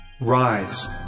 Rise